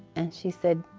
and she said,